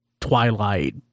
twilight